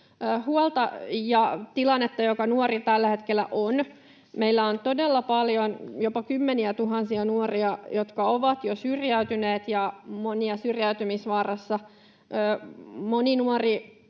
huolta ja tilannetta, joka nuorilla tällä hetkellä on. Meillä on todella paljon, jopa kymmeniätuhansia, nuoria, jotka ovat jo syrjäytyneet, ja monia on syrjäytymisvaarassa. Moni nuori